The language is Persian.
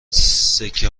سکه